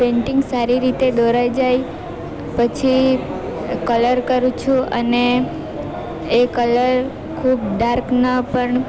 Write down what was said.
painting સારી રીતે દોરાય જાય પછી કલર કરું છું અને એ કલર ખૂબ ડાર્ક ના પણ